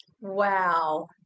Wow